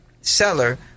seller